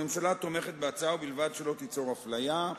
הממשלה תומכת בהצעה ובלבד שלא תיצור אפליה,